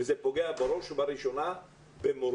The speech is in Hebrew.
וזה פוגע בראש ובראשונה במורים